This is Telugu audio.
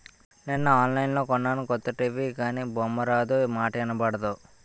నిన్న ఆన్లైన్లో కొన్నాను కొత్త టీ.వి గానీ బొమ్మారాదు, మాటా ఇనబడదు